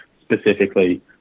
specifically